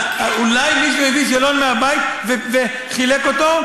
אולי מישהו הביא שאלון מהבית וחילק אותו?